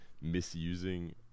misusing